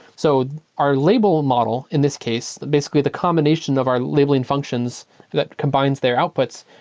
so our label model, in this case, basically the combination of our labeling functions that combines their outputs,